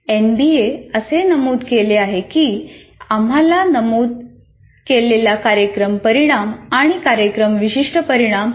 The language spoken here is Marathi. एनबीएने असे नमूद केले आहे की आम्हाला नमूद केलेला कार्यक्रम परिणाम आणि कार्यक्रम विशिष्ट परिणाम प्राप्त करणे आवश्यक आहे